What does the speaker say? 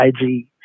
IG